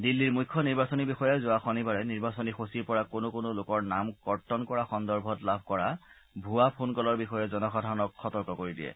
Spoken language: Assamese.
দিল্লীৰ মুখ্য নিৰ্বাচনী বিষয়াই যোৱা শনিবাৰে নিৰ্বাচনী সূচীৰ পৰা কোনো কোনো লোকৰ নাম কৰ্তন কৰা সন্দৰ্ভত লাভ কৰা ভুৱা ফোন ক'লৰ বিষয়ে জনসাধাৰণক সতৰ্ক কৰি দিয়ে